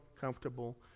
comfortable